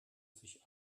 sich